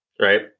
right